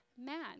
man